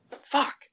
Fuck